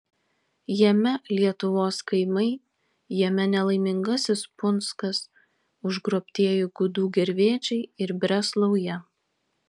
jame lietuvos kaimai jame nelaimingasis punskas užgrobtieji gudų gervėčiai ir breslauja